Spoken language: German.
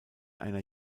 einer